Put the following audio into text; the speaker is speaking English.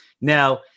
Now